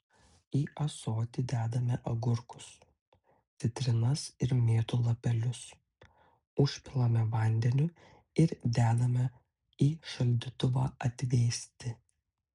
į ąsoti dedame agurkus citrinas ir mėtų lapelius užpilame vandeniu ir dedame į šaldytuvą atvėsti